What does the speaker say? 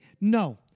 no